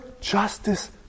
Justice